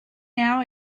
now